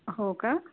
हो का